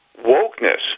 wokeness